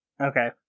Okay